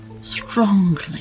Strongly